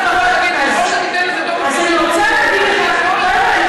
אז אני רוצה להגיד לך, קודם כול, אני